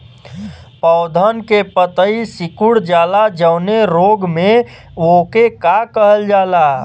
पौधन के पतयी सीकुड़ जाला जवने रोग में वोके का कहल जाला?